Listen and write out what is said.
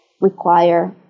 require